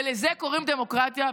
ולזה קוראים דמוקרטיה.